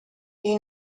you